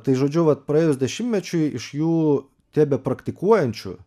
tai žodžiu vat praėjus dešimtmečiui iš jų tebepraktikuojančių